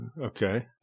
okay